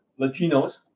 Latinos